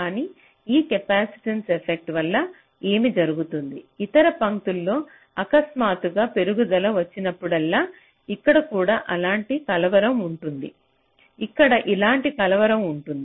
కానీ ఈ capacitive effect వల్ల ఏమి జరుగుతుంది ఇతర పంక్తిలో అకస్మాత్తుగా పెరుగుదల వచ్చినప్పుడల్లా ఇక్కడ కూడా ఇలాంటి కలవరం ఉంటుంది ఇక్కడ ఇలాంటి కలవరం ఉంటుంది